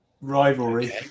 Rivalry